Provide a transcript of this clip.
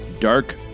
Dark